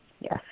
yes